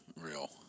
real